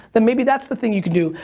then maybe that's the thing you could do,